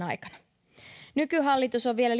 aikana nyt hallitus on vielä